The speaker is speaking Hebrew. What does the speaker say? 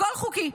הכול חוקי,